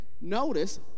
notice